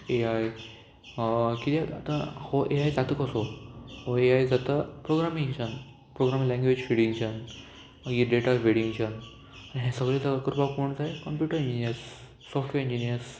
ए आय किद्याक आतां हो ए आय जाता कसो हो ए आय जाता प्रोग्रामींगेच्यान प्रोग्रामींग लँग्वेज फिडिंगच्यान मागीर डेटा फिडिंगच्यान हें सगळें तेका करपाक कोण जाय कंप्युटर इंजिनियर्स सॉफ्टवॅर इंजिनियर्स